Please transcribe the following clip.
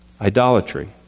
idolatry